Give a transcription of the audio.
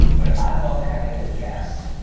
but i love having a guest,